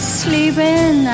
sleeping